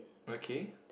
okay